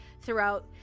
throughout